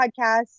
podcast